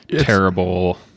terrible